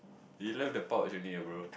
you love the pouch only ah bro